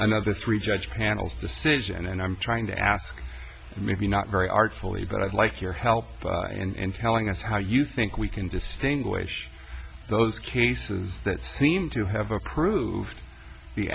another three judge panel decision and i'm trying to ask maybe not very artfully but i'd like your help in telling us how you think we can distinguish those cases that seem to have approved the